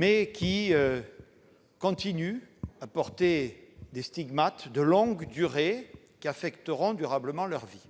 et qui continuent à porter des stigmates de longue durée, qui affecteront durablement leur vie.